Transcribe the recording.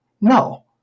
No